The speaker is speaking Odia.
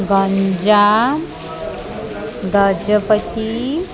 ଗଞ୍ଜାମ ଗଜପତି